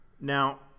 Now